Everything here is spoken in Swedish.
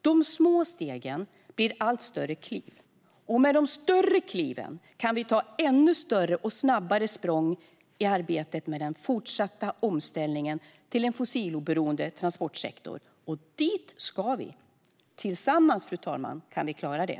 De små stegen blir allt större kliv, och med de större kliven kan vi ta ännu större och snabbare språng i arbetet med den fortsatta omställningen till en fossiloberoende transportsektor. Och dit ska vi! Tillsammans, fru talman, kan vi klara det!